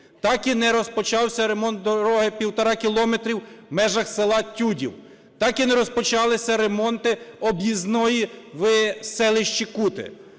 так і не розпочався ремонт дороги півтора кілометри в межах села Тюдів, так і не розпочалися ремонти об'їзної в селищі Кути,